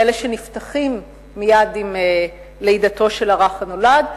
כאלה שנפתחים מייד עם לידתו של הרך הנולד.